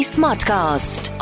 Smartcast